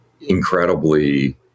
incredibly